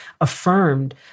affirmed